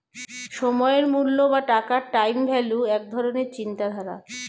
সময়ের মূল্য বা টাকার টাইম ভ্যালু এক ধরণের চিন্তাধারা